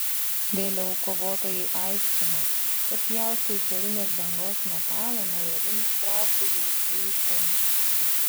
vėliau kovotojai aiškino kad pjaustė išorinės dangos metalą norėdami ištraukti žuvusiųjų kūnus